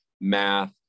math